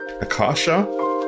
Akasha